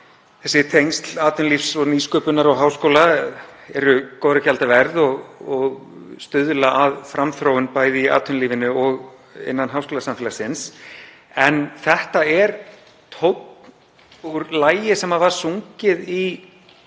Þessi tengsl atvinnulífs og nýsköpunar og háskóla eru góðra gjalda verð og stuðla að framþróun bæði í atvinnulífinu og innan háskólasamfélagsins. En þetta er tónn úr lagi sem var sungið í